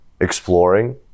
exploring